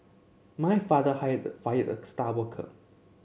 my father hired fired the star worker